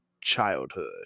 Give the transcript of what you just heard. childhood